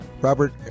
Robert